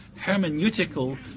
hermeneutical